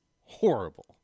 horrible